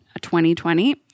2020